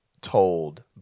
told